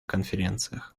конференциях